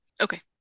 Okay